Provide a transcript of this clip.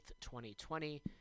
2020